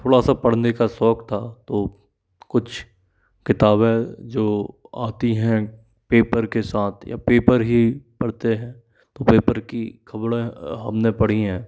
थोड़ा सा पढ़ने का शौक़ था तो कुछ किताबें जो आती हैं पेपर के साथ या पेपर ही पढ़ते हैं तो पेपर की ख़बरें हम ने पढ़ी हैं